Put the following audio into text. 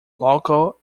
local